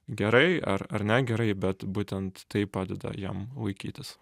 gerai ar ar negerai bet būtent tai padeda jam laikytis